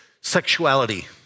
sexuality